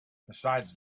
besides